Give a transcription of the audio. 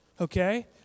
Okay